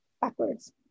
backwards